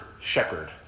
shepherd